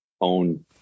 own